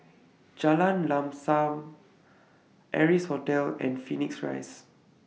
Jalan Lam SAM Amrise Hotel and Phoenix Rise